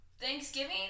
Thanksgiving